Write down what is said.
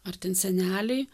ar ten seneliai